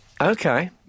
Okay